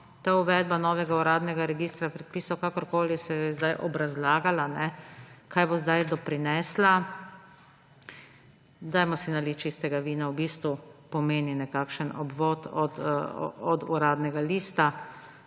uvedba novega uradnega registra predpisov, kakorkoli ste zdaj obrazlagali, kaj bo doprinesla – dajmo si naliti čistega vina, v bistvu pomeni nekakšen obvod od Uradnega lista.